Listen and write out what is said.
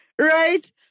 right